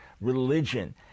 religion